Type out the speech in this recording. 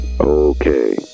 Okay